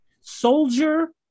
Soldier